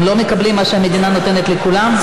הם לא מקבלים מה שהמדינה נותנת לכולם?